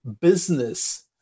business